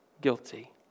Guilty